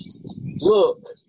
look